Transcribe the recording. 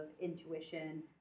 intuition